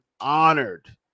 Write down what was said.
honored